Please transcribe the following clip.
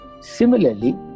Similarly